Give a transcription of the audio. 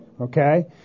Okay